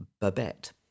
Babette